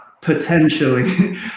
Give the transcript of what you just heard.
potentially